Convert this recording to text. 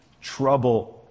trouble